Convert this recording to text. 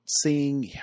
seeing